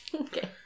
Okay